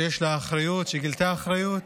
שיש לה אחריות, שהיא גילתה אחריות,